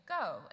Go